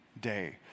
day